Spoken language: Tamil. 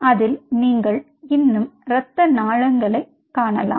அதில் நீங்கள் இன்னும் இரத்த நாளங்களைக் காணலாம்